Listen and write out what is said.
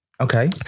Okay